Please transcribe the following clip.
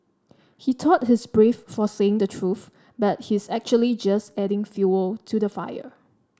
he thought he's brave for saying the truth but he's actually just adding fuel to the fire